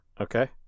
Okay